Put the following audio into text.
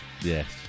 Yes